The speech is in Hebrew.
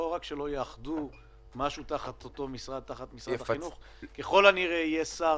לא רק שלא יאחדו משהו תחת אותו משרד -- אפשר שיהיה שר